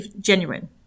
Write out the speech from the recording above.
genuine